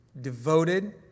devoted